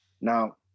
now